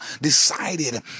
decided